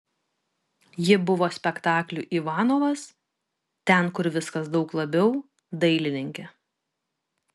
ji buvo spektaklių ivanovas ten kur viskas daug labiau dailininkė